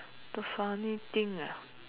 the funny thing ah